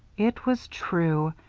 it was true.